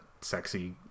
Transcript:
sexy